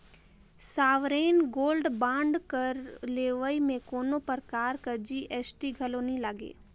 sovereign gold bond कर लेवई में कोनो परकार कर जी.एस.टी घलो नी लगे